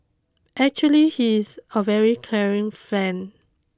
actually he is a very caring friend